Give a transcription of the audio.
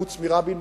חוץ מרבין,